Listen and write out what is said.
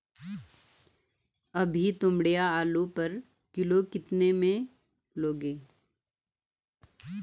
अभी तोमड़िया आलू पर किलो कितने में लोगे?